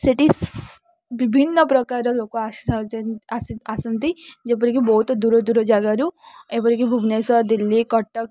ସେଠି ବିଭିନ୍ନ ପ୍ରକାର ଲୋକ ଆସି ଆସନ୍ତି ଯେପରିକି ବହୁତ ଦୂର ଦୂର ଜାଗାରୁ ଏପରିକି ଭୁବନେଶ୍ୱର ଦିଲ୍ଲୀ କଟକ